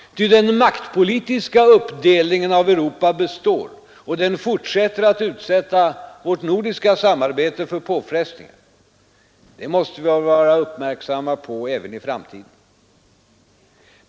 Ty den maktpolitiska uppdelningen i Europa består, och den fortsätter att utsätta vårt nordiska samarbete för påfrestningar. Det måste vi vara uppmärksamma på även i framtiden.